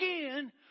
again